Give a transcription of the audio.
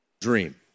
dream